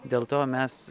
dėl to mes